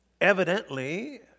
Evidently